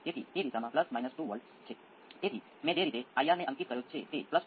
તેથી તમારે તેને ખૂબ જ ખૂબ ચોક્કસપણે તેના માટે આઉટપુટની ગણતરી કરવી પડશે અને પછી માપેલા આઉટપુટને તે સાથે સરખાવો